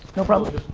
no problem.